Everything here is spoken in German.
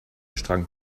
strang